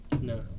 No